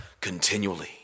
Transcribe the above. continually